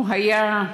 הוא היה,